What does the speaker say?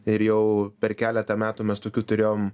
ir jau per keletą metų mes tokių turėjom